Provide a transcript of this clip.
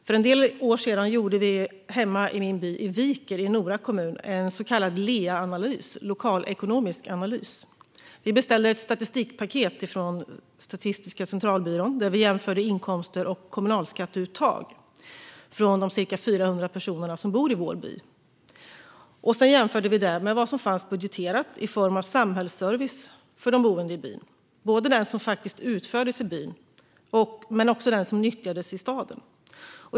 För en del år sedan gjorde vi hemma i min by, Viker i Nora kommun, en så kallad LEA-analys, lokalekonomisk analys. Vi beställde ett statistikpaket från Statistiska centralbyrån och jämförde inkomster och kommunalskatteuttag från de ca 400 personer som bor i vår by. Sedan jämförde vi det med vad som fanns budgeterat i form av samhällsservice för de boende i byn, både den som faktiskt utfördes i byn och den som nyttjades i staden.